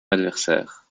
adversaire